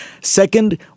Second